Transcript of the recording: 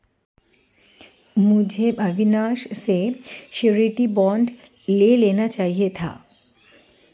मुझे अविनाश से surety bond ले लेना चाहिए था